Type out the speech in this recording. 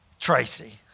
Tracy